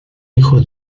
hijo